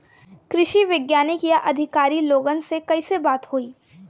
कृषि वैज्ञानिक या अधिकारी लोगन से कैसे बात होई?